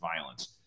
violence